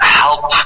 help